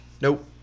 nope